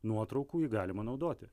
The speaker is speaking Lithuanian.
nuotraukų jį galima naudoti